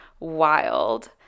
Wild